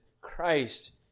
Christ